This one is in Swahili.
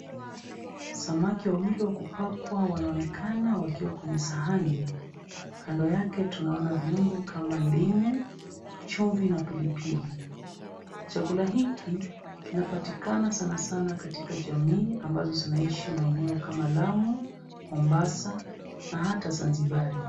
Samaki wawili wakupakwa wanaonekana wakiwa kwenye sahani. Kando yake tunaona viuongo kama ndimu, chumvi na pilipili. Chakula hiki kinapatikana sana sana katika jamii ambazo zinaishi eneo kama Lamu, Mombasa na hata Zanzibari.